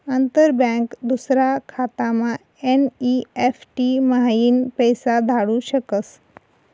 अंतर बँक दूसरा खातामा एन.ई.एफ.टी म्हाईन पैसा धाडू शकस